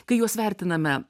kai juos vertiname